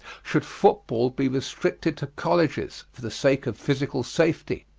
should football be restricted to colleges, for the sake of physical safety?